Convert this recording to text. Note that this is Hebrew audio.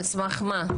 על סמך מה?